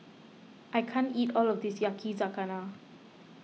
I can't eat all of this Yakizakana